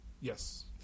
Yes